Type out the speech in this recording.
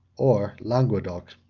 or languedoc.